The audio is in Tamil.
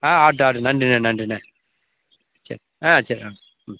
ஆ ஆகட்டும் ஆகட்டும் நன்றிண்ணா நன்றிண்ணா சரி ஆ சரி ஆ ம்